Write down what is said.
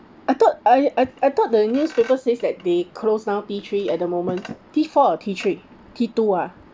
I thought I I I thought the newspaper says that they close now T three at the moment T four or T three T two ah